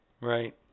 right